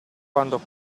quando